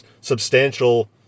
substantial